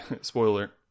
spoiler